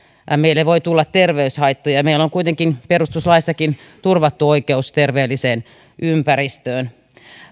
meille voi tulla terveyshaittoja meillä on kuitenkin perustuslaissakin turvattu oikeus terveelliseen ympäristöön